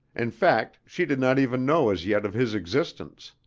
in fact she did not even know as yet of his existence.